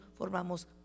formamos